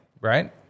right